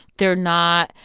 they're not,